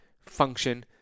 function